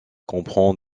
comprend